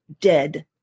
dead